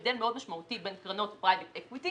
הבדל מאוד משמעותי בין קרנות פרייבט אקוויטי